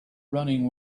running